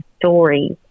stories